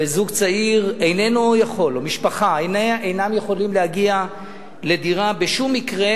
וזוג צעיר או משפחה אינם יכולים להגיע לדירה בשום מקרה,